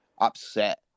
upset